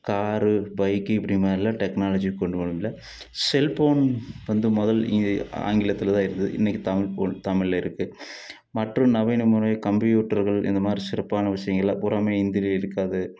car bike இப்படி மேலே technology கொண்டு இல்லை செல்போன் வந்து முதல்ல ஆங்கிலத்தில்தான் இருந்தது இன்னைக்கு தமிழ் போன் தமிழில் இருக்குது மற்றும் நவீன முறை கம்ப்யூட்டர்கள் இந்தமாதிரி சிறப்பான விஷயங்களெல்லாம் பூராவுமே ஹிந்தியில இருக்காது